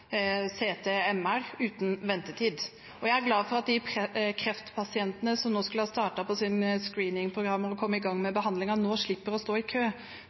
CT og MR uten ventetid. Og jeg er glad for at de kreftpasientene som nå skulle ha startet på sitt screeningprogram eller kommet i gang med behandlingen, nå slipper å stå i kø